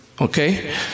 Okay